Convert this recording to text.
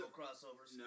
crossovers